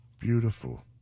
beautiful